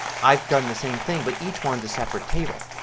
i've done the same thing but each one is a separate table.